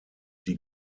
die